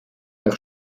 nach